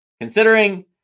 Considering